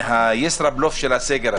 היושב-ראש.